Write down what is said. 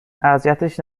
اذیتش